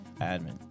Admin